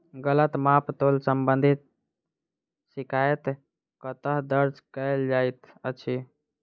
गलत माप तोल संबंधी शिकायत कतह दर्ज कैल जाइत अछि?